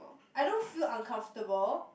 I don't feel uncomfortable